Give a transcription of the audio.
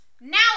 Now